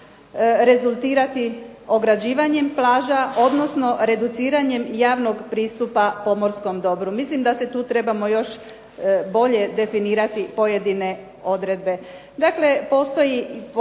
rezultirati ograđivanjem plaža, odnosno reduciranjem javnog pristupa pomorskom dobru? Mislim da se tu trebamo još bolje definirati pojedine odredbe.